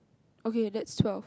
okay that's twelve